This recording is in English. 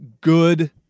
good